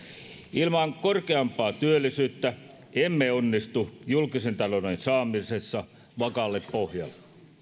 ilman korkeampaa työllisyyttä emme onnistu julkisen talouden saamisessa vakaalle pohjalle